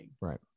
Right